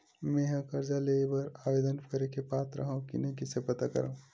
मेंहा कर्जा ले बर आवेदन करे के पात्र हव की नहीं कइसे पता करव?